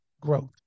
growth